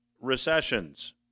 recessions